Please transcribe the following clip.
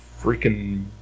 freaking